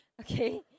Okay